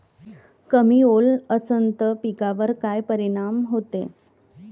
कमी ओल असनं त पिकावर काय परिनाम होते?